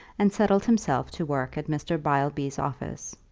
and settled himself to work at mr. beilby's office.